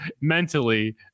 mentally